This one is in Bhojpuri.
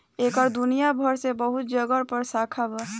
एकर दुनिया भर मे बहुत जगह पर शाखा बा